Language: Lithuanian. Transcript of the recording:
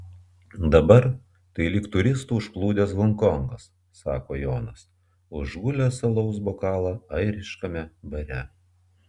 dabar tai lyg turistų užplūdęs honkongas sako jonas užgulęs alaus bokalą airiškame bare